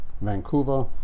Vancouver